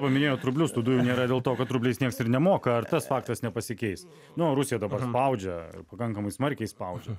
paminėjot rublius tų dujų nėra dėl to kad rubliais nieks ir nemoka ar tas faktas nepasikeis nu rusija dabar spaudžia pakankamai smarkiai spaudžia